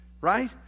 right